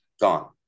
gone